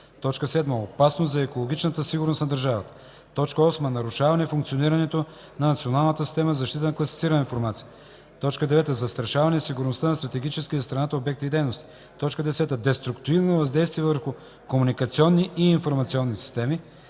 държавата; 7. опасност за екологичната сигурност на държавата; 8. нарушаване функционирането на Националната система за защита на класифицираната информация; 9. застрашаване сигурността на стратегически за страната обекти и дейности; 10. деструктивно въздействие върху комуникационни и информационни системи;